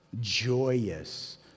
joyous